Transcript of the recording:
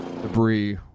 debris